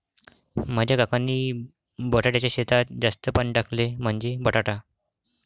माझ्या काकांनी बटाट्याच्या शेतात जास्त पाणी टाकले, म्हणजे बटाटा